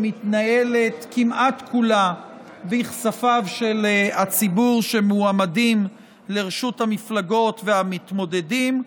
שמתנהלת כמעט כולה בכספיו של הציבור שמועמדים לרשות המפלגות והמתמודדים.